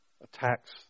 attacks